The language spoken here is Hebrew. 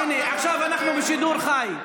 הינה, עכשיו אנחנו בשידור חי.